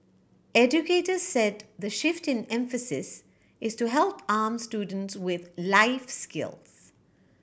educators said the shift in emphasis is to help arm students with life skills